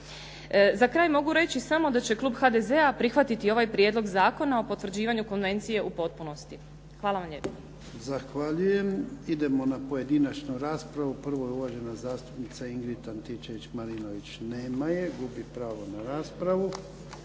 Za kraj mogu reći samo da će klub HDZ-a prihvatiti ovaj Prijedlog zakona o potvrđivanju konvencije u potpunosti. Hvala vam lijepa. **Jarnjak, Ivan (HDZ)** Zahvaljujem. Idemo na pojedinačnu raspravu. Prvo je uvažena zastupnica Ingrid Antičević-Marinović. Nema je. Gubi pravo na raspravu.